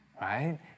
right